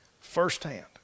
firsthand